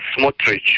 Smotrich